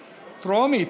טרומית.